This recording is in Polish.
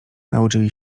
nauczyli